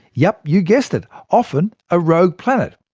yup, you guessed it often, a rogue planet!